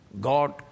God